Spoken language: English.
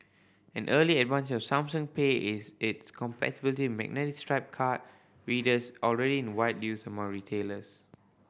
an early advantage for Samsung Pay is its compatibility with magnetic stripe card readers already in wide use among retailers